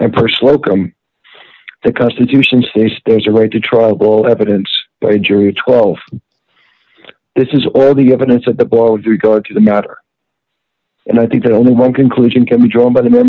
and purslow come the constitution states there's a right to trial evidence by a jury of twelve this is already evidence that the boy with regard to the matter and i think that only one conclusion can be drawn by the